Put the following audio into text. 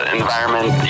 environment